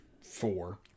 four